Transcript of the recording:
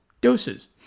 doses